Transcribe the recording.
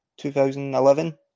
2011